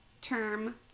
Term